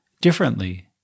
differently